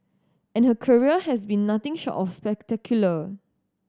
and her career has been nothing short of spectacular